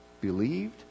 Believed